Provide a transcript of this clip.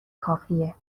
کافیه